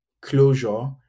closure